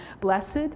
Blessed